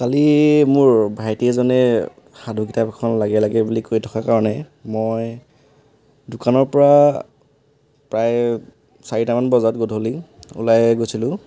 কালি মোৰ ভাইটি এজনে সাধু কিতাপ এখন লাগে লাগে বুলি কৈ থকাৰ কাৰণে মই দোকানৰ পৰা প্ৰায় চাৰিটামান বজাত গধূলি ওলাই গৈছিলোঁ